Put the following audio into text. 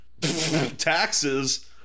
taxes